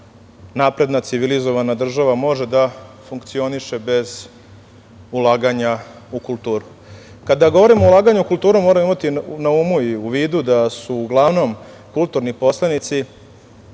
napredna, civilizovana država može da funkcioniše bez ulaganja u kulturu? Kada govorimo o ulaganju u kulturu moramo imati na umu i u vidu da su uglavnom kulturni poslanici